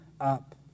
up